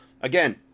again